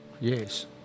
Yes